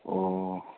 oh